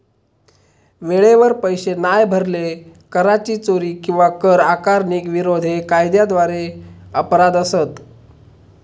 वेळेवर पैशे नाय भरले, कराची चोरी किंवा कर आकारणीक विरोध हे कायद्याद्वारे अपराध असत